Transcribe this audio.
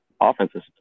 Offenses